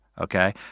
Okay